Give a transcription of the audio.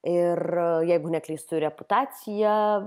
ir jeigu neklystu ir reputacija